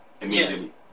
Immediately